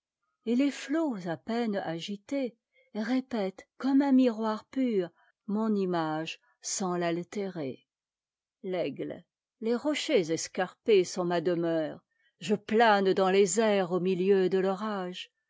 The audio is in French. et les flots à peine agités répètent comme un miroir pur mon image sans l'alc térer l'at e les rochers escarpés sont ma demeure je plane dans les airs au milieu de l'orage